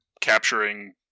capturing